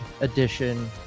edition